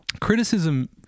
criticism